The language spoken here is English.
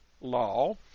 law